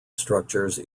structures